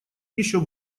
еще